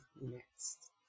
next